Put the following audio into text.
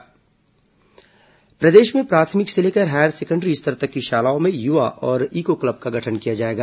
school eco club प्रदेश में प्राथमिक से लेकर हायर सेकेण्डरी स्तर तक की शालाओं में युवा और इको क्लब का गठन किया जाएगा